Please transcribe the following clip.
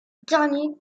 dernier